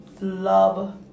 love